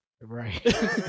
Right